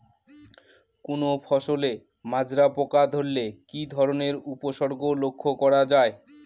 কোনো ফসলে মাজরা পোকা ধরলে কি ধরণের উপসর্গ লক্ষ্য করা যায়?